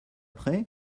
prêt